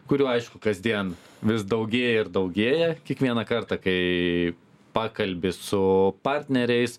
kurių aišku kasdien vis daugėja ir daugėja kiekvieną kartą kai pakalbi su partneriais